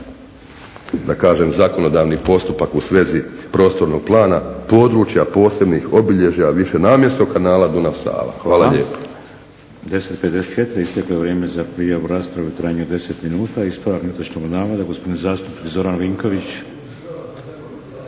da kažem zakonodavni postupak u svezi prostornog plana, područja, posebnih obilježja, višenamjenskog kanala Dunav-Sava. Hvala lijepo.